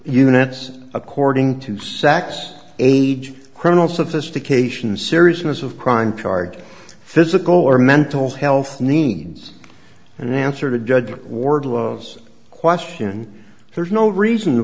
units according to sachs age criminal sophistication seriousness of crime charged physical or mental health needs an answer to judge ward los question there's no reason